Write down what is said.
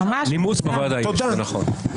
נימוס בוועדה יש, זה נכון...